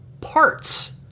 parts